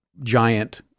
giant